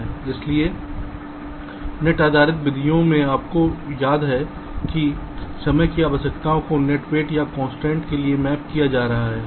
इसलिए नेट आधारित विधियों में आपको याद है कि समय की आवश्यकताओं को नेट वेट या कंस्ट्रेंट्स के लिए मैप किया जा रहा है